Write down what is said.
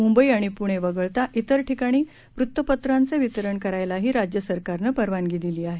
मुंबई आणि पूणे वगळता तेर ठिकाणी वृत्तपत्रांचे वितरण करायलाही राज्य सरकारनं परवानगी दिली आहे